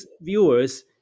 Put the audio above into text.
viewers